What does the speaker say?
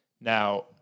Now